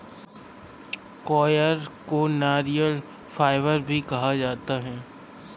coir को नारियल fibre भी कहा जाता है